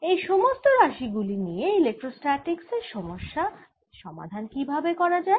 এই সমস্ত রাশি গুলি নিয়ে ইলেক্ট্রোস্ট্যাটিক্স এ সমস্যার সমাধান কি ভাবে করা যায়